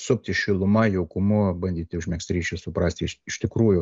supti šiluma jaukumu bandyti užmegzti ryšius suprasti iš tikrųjų